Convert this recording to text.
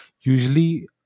Usually